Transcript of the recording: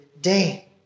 day